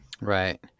Right